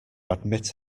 admit